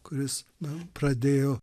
kuris na pradėjo